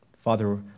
Father